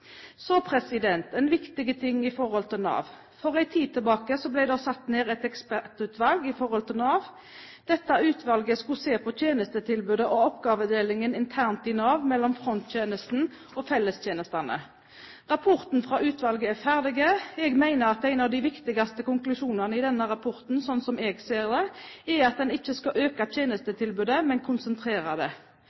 Så en viktig ting i forhold til Nav: For en tid tilbake ble det satt ned et ekspertutvalg for Nav. Dette utvalget skulle se på tjenestetilbudet og oppgavedelingen internt i Nav, mellom fronttjenesten og fellestjenestene. Rapporten fra utvalget er ferdig. Jeg mener at en av de viktigste konklusjonene i denne rapporten, slik jeg ser det, er at en ikke skal øke tjenestetilbudet, men konsentrere det.